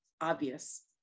obvious